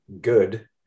good